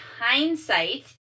Hindsight